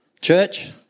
Church